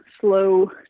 slow